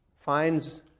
finds